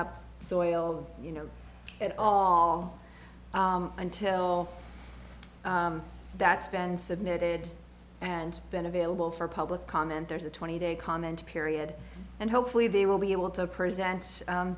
owe you know it all until that's been submitted and been available for public comment there's a twenty day comment period and hopefully they will be able to present